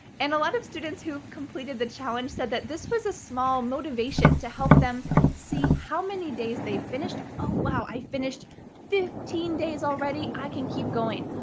and a lot of students who've completed the challenge said that this was a small motivation to help them see how many days they finished. oh wow, i finished fifteen days already, i can keep going.